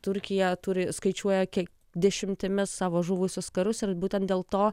turkija turi skaičiuoja kiek dešimtimis savo žuvusius karius ir būtent dėl to